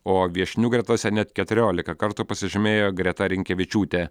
o viešnių gretose net keturiolika kartų pasižymėjo greta rinkevičiūtė